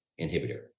inhibitor